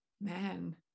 man